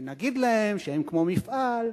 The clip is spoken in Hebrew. ונגיד להם שהם כמו מפעל.